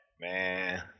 Man